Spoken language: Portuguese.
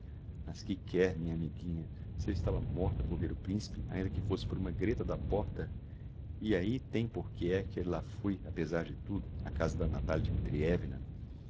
mas que quer minha amiguinha se eu estava morta por ver o principe ainda que fosse por uma greta da porta e ahi tem por que é que lá fui apezar de tudo a casa da natalia